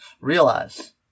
realize